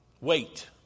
Wait